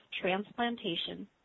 Transplantation